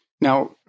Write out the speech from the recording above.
Now